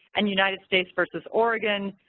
and united states versus oregon,